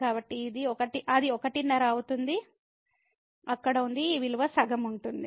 కాబట్టి అది ఒకటిన్నర అవుతుంది అక్కడ ఉంది ఈ విలువ సగం ఉంటుంది